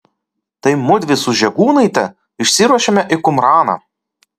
taip mudvi su žegūnaite išsiruošėme į kumraną